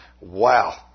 wow